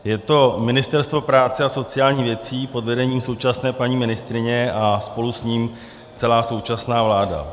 Je to Ministerstvo práce a sociálních věcí pod vedením současné paní ministryně a spolu s ním celá současná vláda.